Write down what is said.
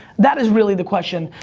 that is really the question,